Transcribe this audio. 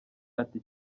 ati